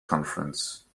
conference